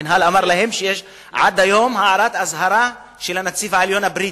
המינהל אמר להם שיש עד היום הערת אזהרה של הנציב העליון הבריטי.